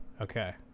Okay